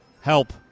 help